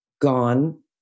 gone